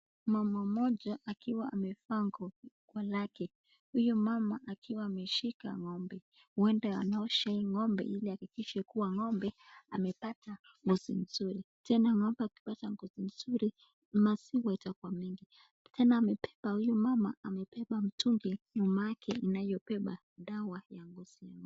Mama mmoja akiwa amevaa nguo lake. Huyu mama akiwa ameshika ng'ombe, huenda anaosha hii ng'ombe ili ahakikishe kuwa hii ng'ombe amepata ngozi nzuri. Tena ng'ombe akipata ngozi nzuri, maziwa itakuwa mingi. Tena amebeba huyu mama amebeba mtungi nyuma yake inayobeba dawa ya ngozi hii.